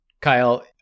Kyle